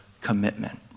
commitment